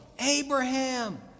Abraham